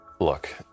look